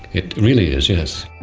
it really is, yes.